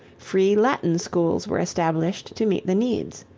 free latin schools were established to meet the needs.